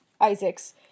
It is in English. Isaacs